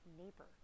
neighbor